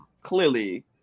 Clearly